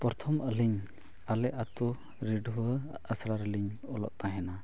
ᱯᱨᱚᱛᱷᱚᱢ ᱟᱹᱞᱤᱧ ᱟᱞᱮ ᱟᱛᱳ ᱨᱤᱰᱷᱤᱣᱟᱹ ᱟᱥᱲᱟ ᱨᱮᱞᱤᱧ ᱚᱞᱚᱜ ᱛᱟᱦᱮᱱᱟ